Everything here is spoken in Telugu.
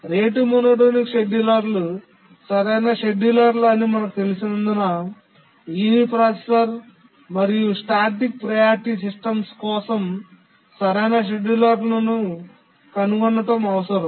రేటు మోనోటోనిక్ షెడ్యూలర్లు సరైన షెడ్యూలర్లు అని మనకు తెలిసినందున యునిప్రాసెసర్ మరియు స్టాటిక్ ప్రియారిటీ సిస్టమ్స్ కోసం సరైన షెడ్యూలర్లను కనుగొనడం అవసరం